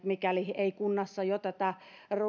mikäli ei kunnassa jo tätä